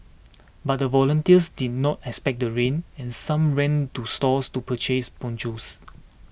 but the volunteers did not expect the rain and some ran to stores to purchase ponchos